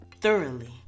thoroughly